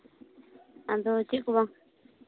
ᱟᱫᱚ ᱪᱮᱫ ᱠᱚ